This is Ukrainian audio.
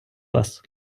вас